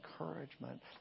encouragement